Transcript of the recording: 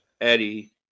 Eddie